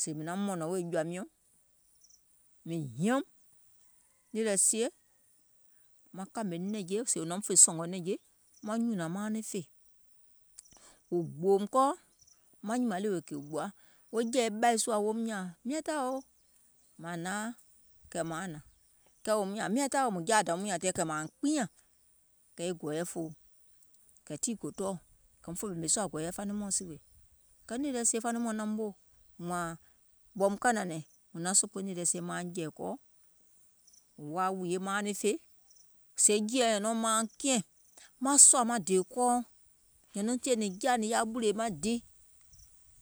sèè mìŋ naum mɔ̀nɔ̀ŋ wèè jɔ̀ȧ miɔ̀ŋ mìŋ hiȧum, nìì lɛ sie maŋ kȧmè nɛ̀ŋje sèè wò naum fè sɔ̀ngɔ̀ nɛ̀ŋje, maŋ nyùnȧŋ mauŋ niŋ fè, wò gbòòùm kɔɔ maŋ nyìmȧŋ ɗèwè kìì gbòa, wo jɛ̀ì ɓȧi sùȧ woum nyȧȧŋ, miataòo, mȧȧŋ nȧaŋ, kɛ̀ mȧaŋ hnȧŋ, kɛɛ woum nyȧȧŋ mùŋ jaa dȧwium nyȧŋ tɛɛ kɛ̀ mȧuŋ kpiinyȧŋ, kɛ̀ e gɔ̀ɔ̀yɛ fòo, kɛ̀ tii gò tɔɔ̀, kɛ̀ muŋ fè ɓèmè sùȧ gɔ̀ɔ̀yɛ faniŋ mɔɔ̀ŋ sìwè, kɛɛ nìì lɛ sie faniŋ mɔɔ̀ŋ naum woò wȧȧŋ, ɓɔ̀ùm ka nȧnɛ̀ŋ, è naŋ sòpoò nìì lɛ sie mauŋ jɛ̀ì kɔɔ, wò woȧ wùìyè mauŋ niŋ fè, sèè jìèɛɛ nyɛ̀nɛùŋ mauŋ kiɛ̀ŋ, maŋ sòȧ maŋ dèè kɔɔuŋ, nyɛ̀nuuŋ tìyèe nìŋ jaȧ nìŋ yaȧ ɓùlìè maŋ di,